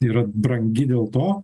yra brangi dėl to